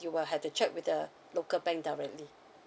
you will have to check with the local bank directly